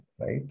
right